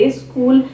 school